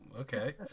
Okay